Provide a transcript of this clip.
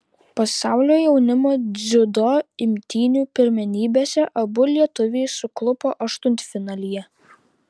pasaulio jaunimo dziudo imtynių pirmenybėse abu lietuviai suklupo aštuntfinalyje